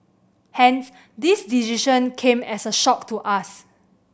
hence this decision came as a shock to us